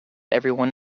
everyone